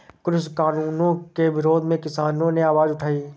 कृषि कानूनों के विरोध में किसानों ने आवाज उठाई